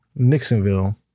Nixonville